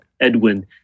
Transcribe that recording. Edwin